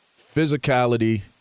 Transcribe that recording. physicality